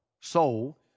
soul